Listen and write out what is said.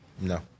No